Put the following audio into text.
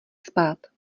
spát